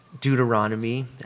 Deuteronomy